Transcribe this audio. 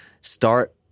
start